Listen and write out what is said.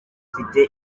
afite